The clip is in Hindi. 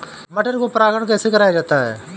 मटर को परागण कैसे कराया जाता है?